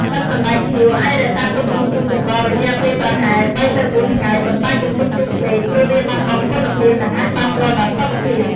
ទឹកសណ្ដែកខៀវអាចរក្សាទុកក្នុងទូទឹកកករយៈពេលប្រហែល ៣ ទៅ ៤ ថ្ងៃ ប៉ុន្តែកុំទុកយូរពេកព្រោះវាបាត់បង់គុណភាព និងអាចប៉ះពាល់ដល់សុខភាព។